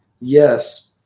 Yes